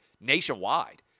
nationwide